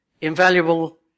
invaluable